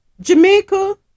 Jamaica